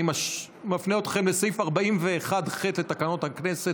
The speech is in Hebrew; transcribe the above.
אני מפנה אתכם לסעיף 41(ח) לתקנון הכנסת,